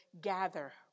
gather